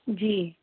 जी